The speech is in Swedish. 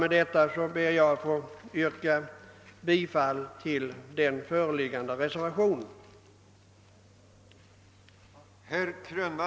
Med detta ber jag att få